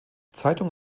zeitung